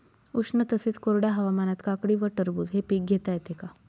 उष्ण तसेच कोरड्या हवामानात काकडी व टरबूज हे पीक घेता येते का?